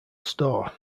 store